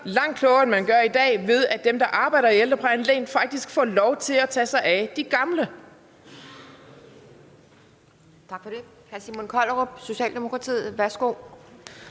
langt klogere end i dag, ved at dem, der arbejder i ældreplejen, rent faktisk får lov til at tage sig af de gamle.